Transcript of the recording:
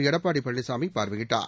எடப்பாடி பழனிசாமி பார்வையிட்டார்